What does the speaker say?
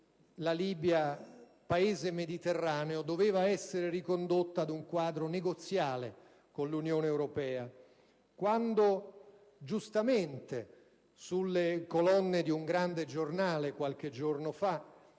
la Libia, Paese mediterraneo, doveva essere ricondotto ad un quadro negoziale con l'Unione europea. Quando giustamente, sulle colonne di un grande giornale, qualche giorno fa